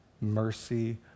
mercy